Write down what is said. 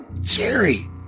Jerry